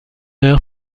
heure